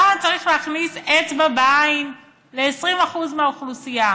למה צריך להכניס אצבע בעין ל-20% מהאוכלוסייה?